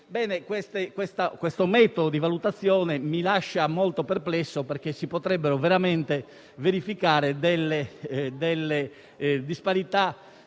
Questo metodo di valutazione mi lascia molto perplesso, perché si potrebbero verificare delle disparità